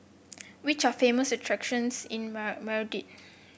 which are famous attractions in Madrid